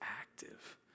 active